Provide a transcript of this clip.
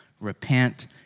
Repent